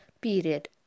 period